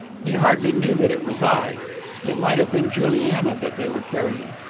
he hardly knew that it was i it might have been juliana that they were carrying.